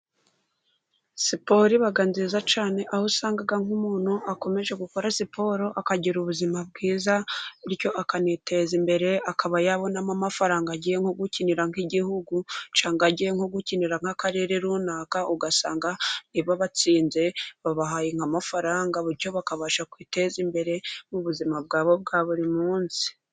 Siporo iba nziza cyane aho usanga nk'umuntu akomeje gukora siporo akagira ubuzima bwiza, bityo akaniteza imbere, akaba yabonamo amafaranga agiye gukinira nk'igihugu, cyangwa agiye nko gukinira nk'Akarere runaka, ugasanga niba batsinze, babahaye nk'amafaranga, bityo bakabasha kwiteza imbere mu buzima bwabo bwa buri munsi.